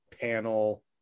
panel